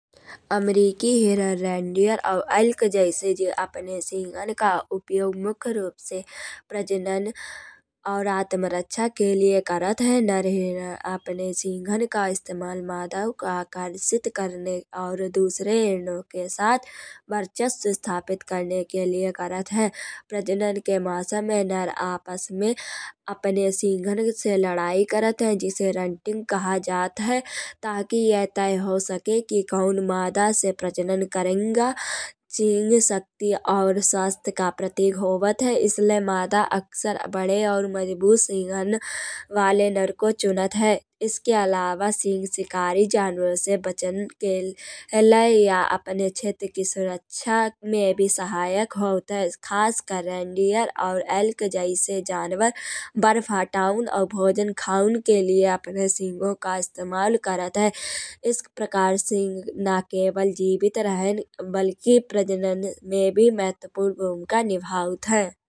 अमरीकी हिरण रेनडीर और ऐल्क जैसे जे अपने सींगन का उपयोग मुख्य रूप से प्रजनन और आत्मरक्षा के लिए करत है। नर हिरण अपने सींगन का इस्तेमाल मादाओ का आकर्षित करने और दुसरे हिरनों के साथ वर्चस्व स्थापित करने के लिए करत है। प्रजनन के मौसम में नर आपस में अपने सींगन से लड़ाई करत है। जेसे रण्टिंग कहात है। ताकि ये तय हो सके कि कौन मादा से प्रजनन करेगा। सींग शक्ति और स्वस्थ का प्रतीक होत है। इसलिए मादा अक्सर और बड़े मजबूत सींगन वाले नर को चुनत है। इसके अलावा सींग शिकारी जानवारों से के लए या अपने क्षेत्र की सुरक्षा में भी सहायक होत है। खासकर रेनडीर और ऐल्क जैसे जानवार बर्फ हटान और भोजन खान के लिए अपने सींगों का इस्तेमाल करत है। इस प्रकार सींग न केवल जीवित रहें बल्कि प्रजनन में भी महत्वपूर्ण भूमिका निभावत हैं।